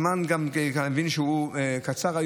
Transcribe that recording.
אני מבין שגם הזמן היום קצר,